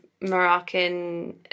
Moroccan